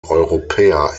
europäer